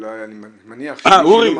אני מניח ש --- אורי,